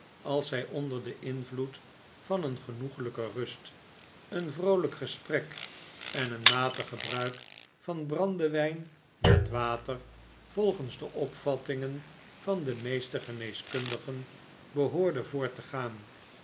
als zij onder den invloed van een genoeglijke rust een vroolijk gesprek en een matig gebruik van brandewijn met water volgens de opvattingen van de meeste geneeskundigen behoorde voort te gaan